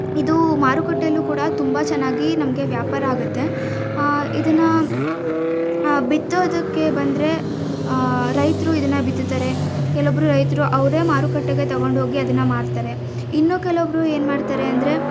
ಇದು ಮಾರುಕಟ್ಟೆಯಲ್ಲೂ ಕೂಡ ತುಂಬ ಚೆನ್ನಾಗಿ ನಮಗೆ ವ್ಯಾಪಾರ ಆಗತ್ತೆ ಇದನ್ನು ಬಿತ್ತೋದಕ್ಕೆ ಬಂದರೆ ರೈತರು ಇದನ್ನು ಬಿತ್ತುತ್ತಾರೆ ಕೆಲೊಬ್ರು ರೈತರು ಅವರೇ ಮಾರುಕಟ್ಟೆಗೆ ತಗೊಂಡು ಹೋಗಿ ಅದನ್ನು ಮಾರ್ತಾರೆ ಇನ್ನು ಕೆಲೊಬ್ರು ಏನ್ಮಾಡ್ತಾರೆ ಅಂದರೆ